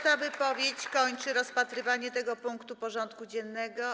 Ta wypowiedź kończy rozpatrywanie tego punktu porządku dziennego.